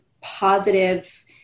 positive